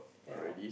ya